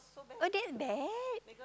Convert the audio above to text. oh that bad